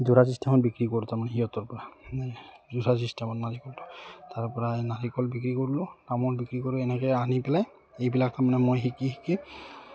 যোৰা চিষ্টেমত বিক্ৰী কৰোঁ তাৰমানে সিহঁতৰপৰা মানে যোৰা চিষ্টেমত নাৰিকলটো তাৰপৰা নাৰিকল বিক্ৰী কৰিলোঁ তামোল বিক্ৰী কৰোঁ এনেকৈ আনি পেলাই এইবিলাক তাৰমানে মই শিকি শিকি